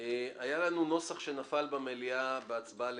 אני פותח את ישיבת ועדת הפנים והגנת הסביבה.